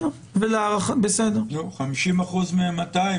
שהתחושה שלי שהדבר הזה מחייב את הרשות המבצעת,